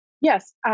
Yes